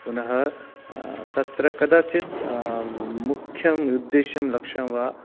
पुनः तत्र कदाचित् मुख्यम् उद्देश्यं लक्षं वा